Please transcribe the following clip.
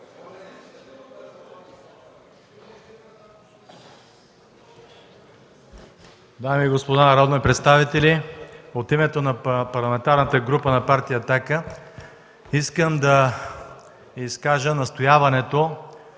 Дами и господа народни представители! От името на Парламентарната група на Партия „Атака” искам да изкажа настояването